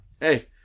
Hey